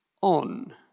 on